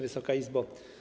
Wysoka Izbo!